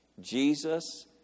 Jesus